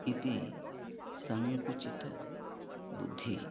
इति सङ्कुचित बुद्धिः